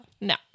No